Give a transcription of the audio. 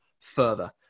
further